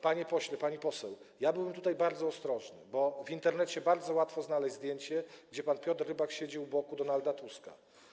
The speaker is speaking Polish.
Pani poseł, byłbym tutaj bardzo ostrożny, bo w Internecie bardzo łatwo znaleźć zdjęcie, gdzie pan Piotr Rybak siedzi u boku Donalda Tuska.